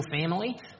family